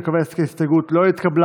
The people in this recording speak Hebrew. אני קובע כי ההסתייגות לא התקבלה.